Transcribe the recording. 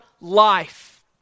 life